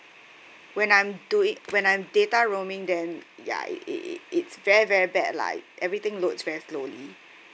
when I'm doing when I'm data roaming then ya it it it it's very very bad lah everything loads very slowly